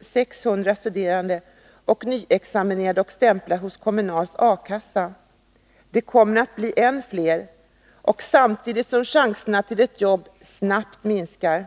600 studerande och nyutexaminerade och stämplar hos Kommunals A-kassa. De kommer att bli än fler, samtidigt som chanserna att få ett jobb snabbt minskar.